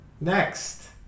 Next